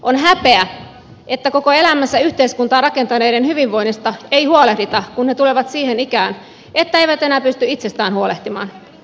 on häpeä että koko elämänsä yhteiskuntaa rakentaneiden hyvinvoinnista ei huolehdita kun he tulevat siihen ikään että eivät enää pysty itsestään huolehtimaan